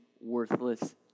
worthless